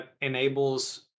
enables